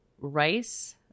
rice